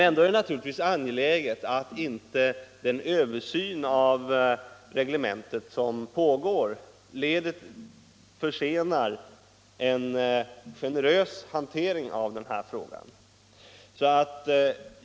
Ändå är det naturligtvis angeläget att inte den översyn av reglementet som pågår försenar en generös hantering av frågan.